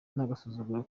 n’agasuzuguro